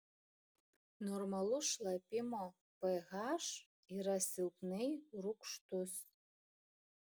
normalus šlapimo ph yra silpnai rūgštus